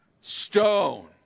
stone